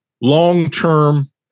long-term